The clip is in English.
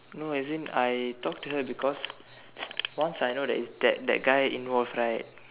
no as in I talk to her because once I know that it's like that that guy involve right